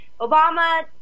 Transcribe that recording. Obama